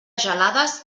gelades